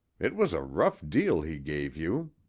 it was a rough deal he gave you.